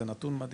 זה נתון מדהים,